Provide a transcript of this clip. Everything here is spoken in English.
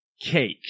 cake